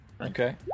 Okay